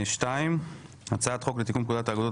2. הצעת חוק לתיקון פקודת האגודות